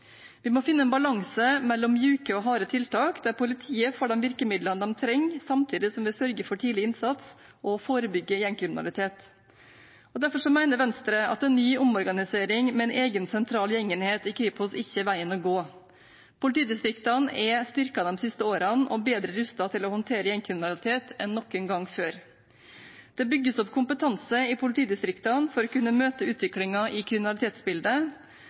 Vi må finne en balanse mellom myke og harde tiltak, der politiet får de virkemidlene de trenger, samtidig som vi sørger for tidlig innsats og å forebygge gjengkriminalitet. Derfor mener Venstre at en ny omorganisering med en egen sentral gjengenhet i Kripos ikke er veien å gå. Politidistriktene er styrket de siste årene og bedre rustet til å håndtere gjengkriminalitet enn noen gang før. Det bygges opp kompetanse i politidistriktene for å kunne møte utviklingen i kriminalitetsbildet,